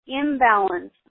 imbalance